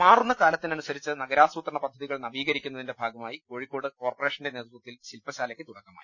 മാറുന്ന കാലത്തിനനുസരിച്ച് നഗരാസൂത്രണപദ്ധതികൾ നവീ കരിക്കുന്നതിന്റെ ഭാഗമായി കോഴിക്കോട് കോർപ്പറേഷന്റെ നേതൃ ത്വത്തിൽ ശില്പശാലയ്ക്ക് തുടക്കമായി